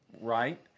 Right